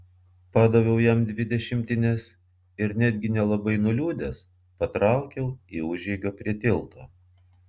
padaviau jam dvi dešimtines ir netgi nelabai nuliūdęs patraukiau į užeigą prie tilto